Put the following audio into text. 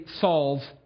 Saul's